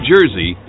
Jersey